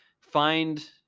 Find